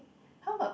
how about